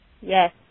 Yes